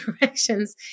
directions